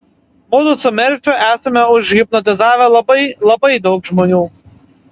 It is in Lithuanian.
mudu su merfiu esame užhipnotizavę labai labai daug žmonių